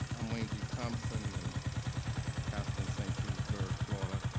i'm wayne g. thompson, and pastor in saint petersburg, florida. a